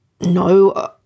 no